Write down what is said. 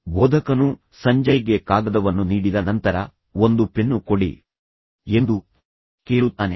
ಬೋಧಕನು ಸಂಜಯ್ಗೆ ಕಾಗದವನ್ನು ನೀಡಿದ ನಂತರ ಒಂದು ಪೆನ್ನು ಕೊಡಿ ಎಂದು ಕೇಳುತ್ತಾನೆ